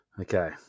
Okay